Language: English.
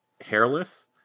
hairless